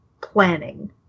planning